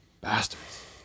Bastards